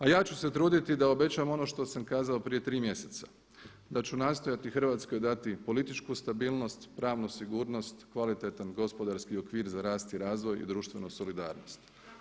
A ja ću se truditi da obećam ono što sam kazao prije tri mjeseca, da ću nastojati Hrvatskoj dati političku stabilnost, pravnu sigurnost, kvalitetan gospodarski okvir za rast i razvoj i društvenu solidarnost.